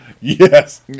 Yes